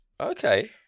Okay